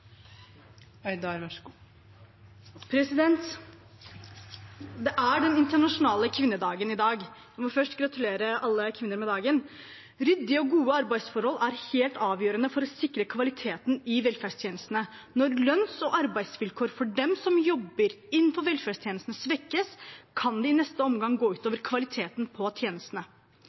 internasjonale kvinnedagen i dag. Jeg vil først gratulere alle kvinner med dagen. Ryddige og gode arbeidsforhold er helt avgjørende for å sikre kvaliteten i velferdstjenestene. Når lønns- og arbeidsvilkår for dem som jobber innenfor velferdstjenestene, svekkes, kan det i neste omgang gå ut over kvaliteten på tjenestene.